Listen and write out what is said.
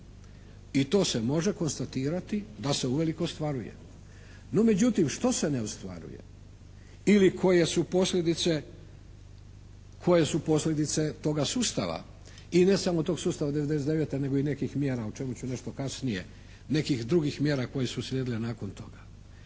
I to se može konstatirati da se uveliko ostvaruje. No međutim, što se ne ostvaruje? Ili koje su posljedice toga sustava? I ne samo tog sustava '99. nego i nekih mjera o čemu ću nešto kasnije, nekih drugih mjera koje su slijedile nakon toga.